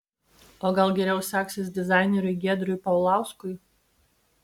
o gal geriau seksis dizaineriui giedriui paulauskui